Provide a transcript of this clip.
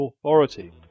authority